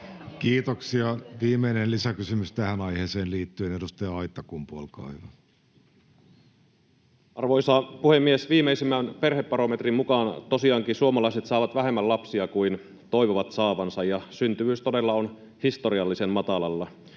Kiitoksia. — Viimeinen lisäkysymys tähän aiheeseen liittyen. Edustaja Aittakumpu, olkaa hyvä. Arvoisa puhemies! Viimeisimmän perhebarometrin mukaan suomalaiset tosiaankin saavat vähemmän lapsia kuin toivovat saavansa, ja syntyvyys todella on historiallisen matalalla.